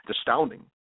astounding